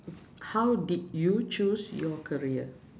how did you choose your career